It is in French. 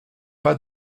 pas